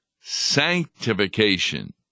sanctification